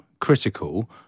critical